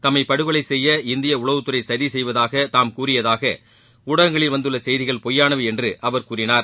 தம்மை படுகொலை செய்ய இந்திய உளவுத்துறை சதி செய்வதாக தாம் கூறியதாக ஊடகங்களில் வந்துள்ள செய்திகள் பொய்யானவை என்று அவர்கூறினார்